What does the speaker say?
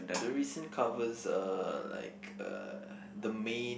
the recent covers are like uh the main